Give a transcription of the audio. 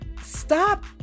stop